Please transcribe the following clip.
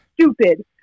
stupid